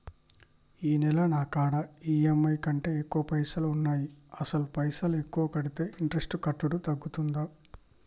ఈ నెల నా కాడా ఈ.ఎమ్.ఐ కంటే ఎక్కువ పైసల్ ఉన్నాయి అసలు పైసల్ ఎక్కువ కడితే ఇంట్రెస్ట్ కట్టుడు తగ్గుతదా?